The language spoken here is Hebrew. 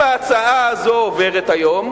אם ההצעה הזאת עוברת היום,